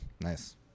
Nice